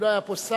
אם לא היה פה שר,